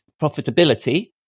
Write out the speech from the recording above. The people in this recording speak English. profitability